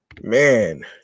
Man